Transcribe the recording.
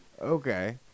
Okay